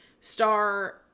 star